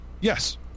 Yes